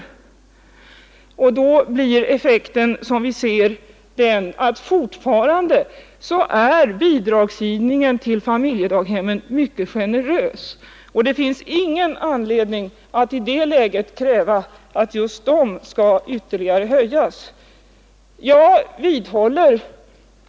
Som vi ser blir effekten att bidragsgivningen till familjedaghemmen fortfarande är mycket generös, och det finns ingen anledning att i det läget kräva att just de bidragen skall höjas ytterligare.